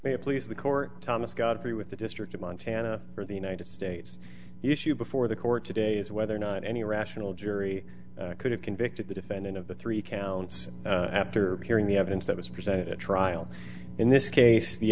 please the court thomas godfrey with the district of montana for the united states issue before the court today is whether or not any rational jury could have convicted the defendant of the three counts after hearing the evidence that was presented at trial in this case the